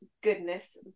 goodness